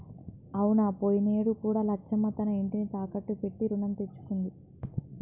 అవునా పోయినేడు కూడా లచ్చమ్మ తన ఇంటిని తాకట్టు పెట్టి రుణం తెచ్చుకుంది